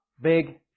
big